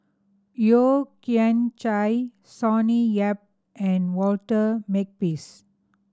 Yeo Kian Chai Sonny Yap and Walter Makepeace